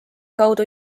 kaudu